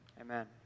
Amen